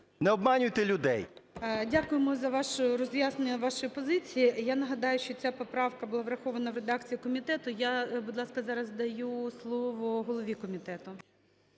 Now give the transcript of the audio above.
Не обманюйте людей. ГОЛОВУЮЧИЙ. Дякуємо за вашу, роз'яснення вашої позиції. Я нагадаю, що ця поправка була врахована в редакції комітету. Я, будь ласка, зараз даю слово голові комітету.